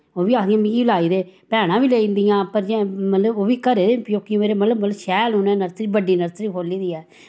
ओह् बी आखदियां मिगी बी लाई दे भैनां बी लेई जंदियां मतलव ओह्बी घरे दे बी प्योकिये मेरे मतलव शैल उनैं नर्सरी बड्डी नर्सरी खोह्ली दी ऐ